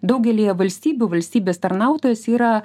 daugelyje valstybių valstybės tarnautojas yra